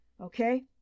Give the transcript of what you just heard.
Okay